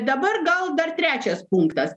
dabar gal dar trečias punktas